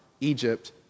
Egypt